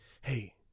hey